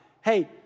Hey